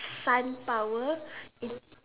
sun power into